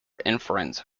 inference